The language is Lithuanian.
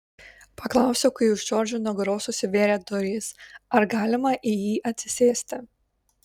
paklausiau kai už džordžo nugaros užsivėrė durys ar galima į jį atsisėsti